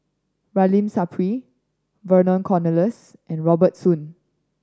Ramli Sarip Vernon Cornelius and Robert Soon